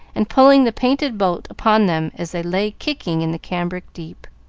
and pulling the painted boat upon them as they lay kicking in the cambric deep.